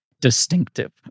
distinctive